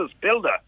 builder